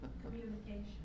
Communication